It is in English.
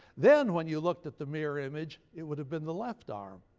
then when you looked at the mirror image it would've been the left arm.